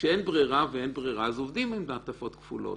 כשאין ברירה, אז עובדים עם מעטפות כפולות.